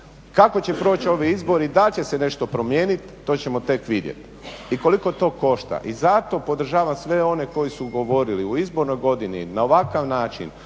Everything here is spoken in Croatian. Kako će proći ovi izbori, da li će se nešto promijeniti, to ćemo tek vidjeti. I koliko to košta. I zato podržavam sve one koji su govorili u izbornoj godini na ovakav način